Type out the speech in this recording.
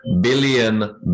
billion